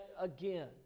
again